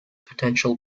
potential